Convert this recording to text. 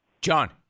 John